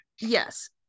yes